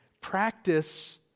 Practice